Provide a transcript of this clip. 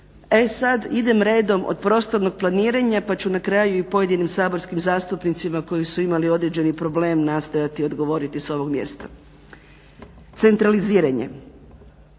E sada idem redom od prostornog planiranja pa ću na kraju i pojedinim saborskim zastupnicima koji su imali određeni problem nastojati odgovoriti sa ovoga mjesta. Centraliziranje.